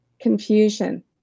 confusion